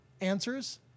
answers